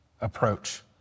approach